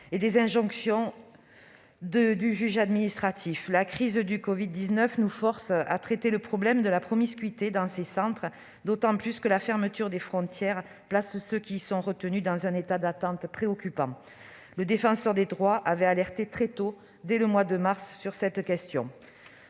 et des injonctions du juge administratif. La crise du covid-19 nous force à traiter le problème de la promiscuité dans ces centres, d'autant que la fermeture des frontières place ceux qui y sont retenus dans un état d'attente préoccupant. Le Défenseur des droits avait alerté très tôt, dès le mois de mars, sur cette question.